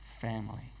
family